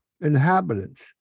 inhabitants